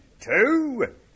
two